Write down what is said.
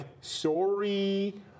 sorry